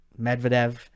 Medvedev